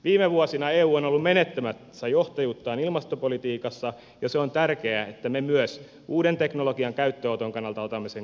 viime vuosina eu on ollut menettämässä johtajuuttaan ilmastopolitiikassa ja on tärkeää että me myös uuden teknologian käyttöönoton kannalta otamme sen käyttöön